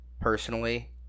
personally